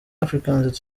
africans